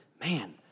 man